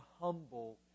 humble